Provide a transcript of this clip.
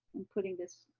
putting this,